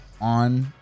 On